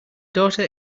daughter